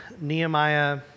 Nehemiah